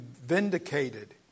vindicated